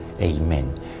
Amen